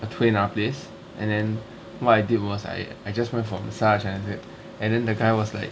the 推拿 place and then what I did was I I just went for a massage and I said and the guy was like